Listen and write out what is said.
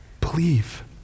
believe